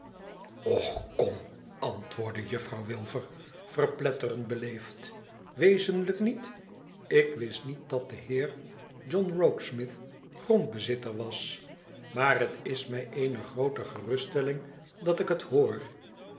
och kom antwoordde juffrouw wilfer verpletterend beleefd wezenlijk niet ik wist niet dat de heer john rokesmith grondbezitter was maar het is mij eene groote geruststelling dat ik het hoor